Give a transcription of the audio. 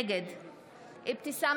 נגד אבתיסאם